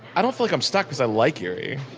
i don't feel like i'm stuck because i like erie.